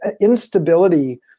instability